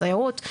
סייעות,